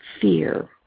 Fear